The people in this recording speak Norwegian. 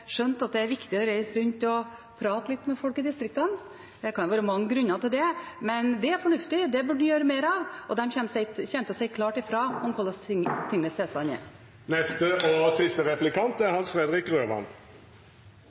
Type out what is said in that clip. skjønt at det er viktig å reise rundt og prate litt med folk i distriktene. Det kan være mange grunner til det, men det er fornuftig, og det burde han gjøre mer av. De kommer til å si klart fra om hvordan tingenes tilstand